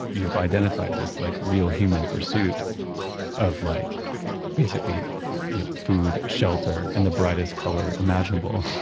you've identified this like real human pursuit of like basically you know food, shelter, and the brightest color imaginable